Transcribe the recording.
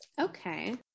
Okay